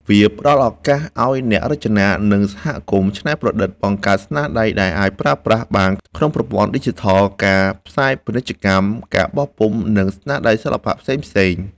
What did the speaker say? វាផ្តល់ឱកាសឲ្យអ្នករចនា និងសហគមន៍ច្នៃប្រឌិត បង្កើតស្នាដៃដែលអាចប្រើប្រាស់បានក្នុងប្រព័ន្ធឌីជីថល ការផ្សាយពាណិជ្ជកម្ម ការបោះពុម្ព និងស្នាដៃសិល្បៈផ្សេងៗ។